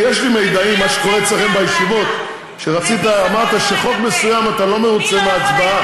למחנה הציוני, שרק העז חבר כנסת להגיד משהו,